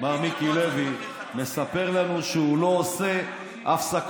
מר מיקי לוי, מספר לנו שהוא לא עושה הפסקות.